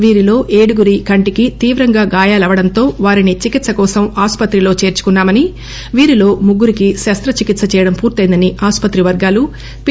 వీరిలో ఏడుగురి కంటికి తీవ్రంగా గాయాలవడంతో వారిని చికిత్స కోసం ఆసుపత్రిలో చేర్సుకున్నా మని వీరిలో ముగ్గురికి శస్తచికిత్స చేయడం పూర్తెందని ఆసుపత్రి వర్గాలు పి